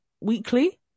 weekly